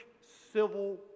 civil